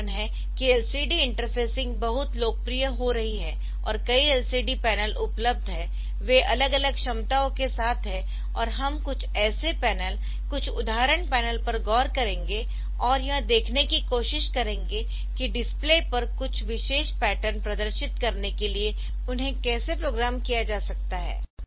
तो यही कारण है कि LCD इंटरफेसिंग बहुत लोकप्रिय हो रही है और कई LCD पैनल उपलब्ध है वे अलग अलग क्षमताओं के साथ है और हम कुछ ऐसे पैनल कुछ उदाहरण पैनल पर गौर करेंगे और यह देखने की कोशिश करेंगे कि डिस्प्ले पर कुछ विशेष पैटर्न प्रदर्शित करने के लिए उन्हें कैसे प्रोग्राम किया जा सकता है